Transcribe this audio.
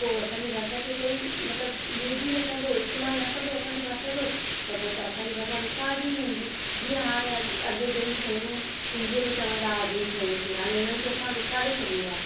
पोइ असांजी भाषा खे कोई मतिलब यूज ई न कंदो इस्तेमाल न कंदो असांजी भाषा जो त पोइ त असांजी भाषा विसारिजी वेंदी जीअं हाणे अग अॻे जहिड़ी शयूं सिंधीअ में चवंदा हुआ जिन शयुनि खे हाणे हुननि खे असां विसारे छॾियो आहे